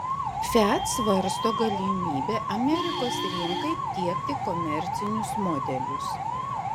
fiat svarsto galimybę amerikos rinkai tiekti komercinius modelius